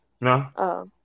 No